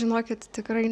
žinokit tikrai